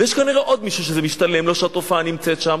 יש כנראה עוד מישהו שמשתלם לו שהתופעה נמצאת שם,